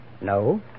No